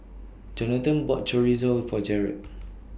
Jonathon bought Chorizo For Jered